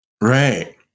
Right